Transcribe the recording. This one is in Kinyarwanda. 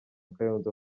kayonza